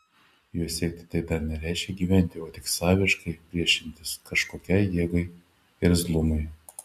jos siekti tai dar nereiškia gyventi o tik saviškai priešintis kažkokiai jėgai irzlumui